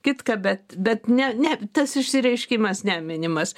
kitką bet bet ne ne tas išsireiškimas neminimas